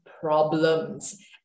problems